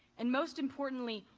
and most importantly,